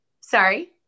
Sorry